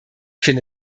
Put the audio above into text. finde